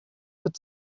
could